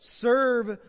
serve